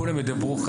כולם ידברו,